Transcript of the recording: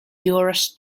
yours